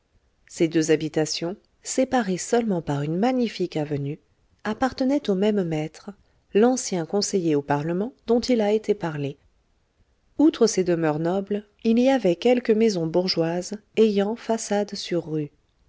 ces deux habitations séparées seulement par une magnifique avenue appartenaient au même maître l'ancien conseiller au parlement dont il a été parlé outre ces demeures nobles il y avait quelques maisons bourgeoises ayant façade sur rue